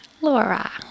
Laura